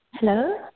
Hello